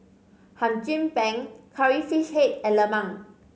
Hum Chim Peng Curry Fish Head and lemang